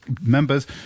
members